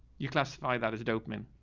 you classify that as dokeman.